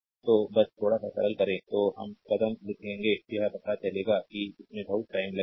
तो बस थोड़ा सा सरल करें तो हर कदम लिखेंगे यह पता चलेगा कि इसमें बहुत टाइम लगेगा